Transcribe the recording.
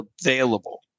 available